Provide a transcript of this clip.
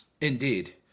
Indeed